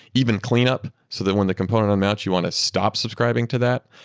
even clean up, so that when the component on that you want to stop subscribing to that,